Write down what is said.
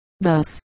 thus